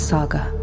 Saga